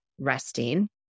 resting